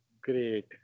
great